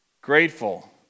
Grateful